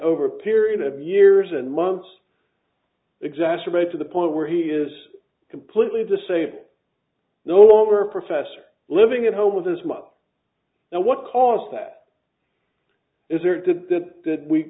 over a period of years and months exacerbated to the point where he is completely disabled no longer a professor living at home with his mother now what caused that is there to that we